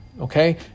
okay